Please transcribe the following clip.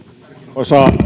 arvoisa